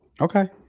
Okay